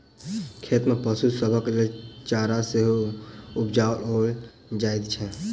खेत मे पशु सभक लेल चारा सेहो उपजाओल जाइत छै